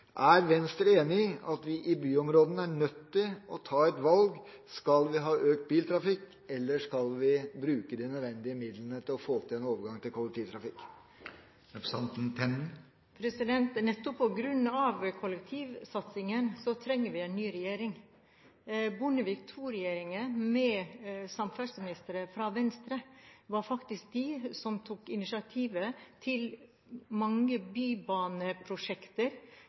Er Venstre enig i at vi i byområdene er nødt til å ta et valg: Skal vi ha økt biltrafikk, eller skal vi bruke de nødvendige midlene til å få til en overgang til kollektivtrafikk? Det er nettopp på grunn av kollektivsatsingen at vi trenger en ny regjering. Bondevik II-regjeringen, med samferdselsministre fra Venstre, var faktisk de som tok initiativet til mange bybaneprosjekter.